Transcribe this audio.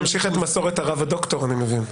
אתה ממשיך את מסורת הרב-הדוקטור, אני מבין.